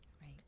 Right